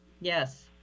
Yes